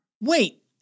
Wait